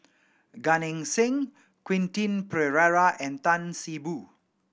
Gan Eng Seng Quentin Pereira and Tan See Boo